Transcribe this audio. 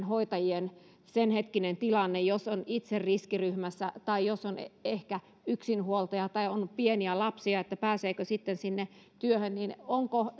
hoitajien senhetkinen tilanne se jos on itse riskiryhmässä tai se jos on ehkä yksinhuoltaja tai on pieniä lapsia eli että pääseekö sitten sinne työhön onko